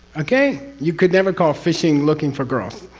okay? you could never call fishing looking for girls,